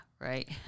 right